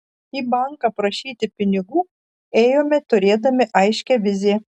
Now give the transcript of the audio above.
į banką prašyti pinigų ėjome turėdami aiškią viziją